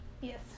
Yes